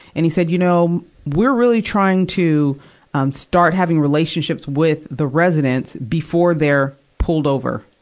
and he said, you know, we're really trying to start having relationships with the residents before they're pulled over,